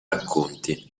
racconti